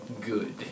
good